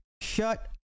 Shut